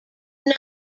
not